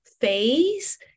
phase